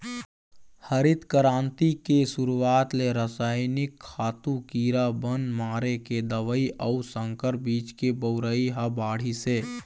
हरित करांति के सुरूवात ले रसइनिक खातू, कीरा बन मारे के दवई अउ संकर बीज के बउरई ह बाढ़िस हे